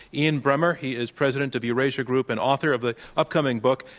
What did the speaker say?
ian bremmer. he is president of eurasia group and author of the upcoming book,